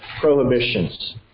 prohibitions